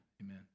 amen